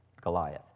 Goliath